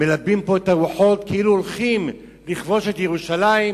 מלבים פה את הרוחות כאילו הולכים לכבוש את ירושלים,